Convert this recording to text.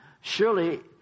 surely